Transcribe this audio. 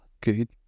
good